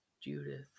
Judith